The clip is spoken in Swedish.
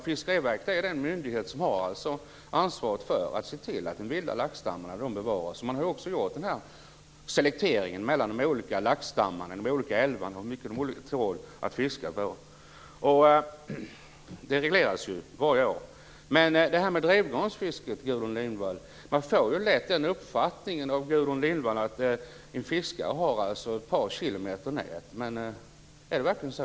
Fiskeriverket är den myndighet som har ansvaret för att se till att den vilda laxstammen bevaras. Man har också gjort en selektering mellan de olika laxstammarna i de olika älvarna, och hur mycket de tål att fiskas regleras varje år. Men när det gäller drivgarnsfisket, Gudrun Lindvall, får man lätt den uppfattningen av Gudrun Lindvall att en fiskare har ett par kilometer nät. Är det verkligen så?